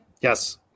Yes